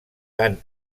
tant